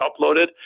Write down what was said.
uploaded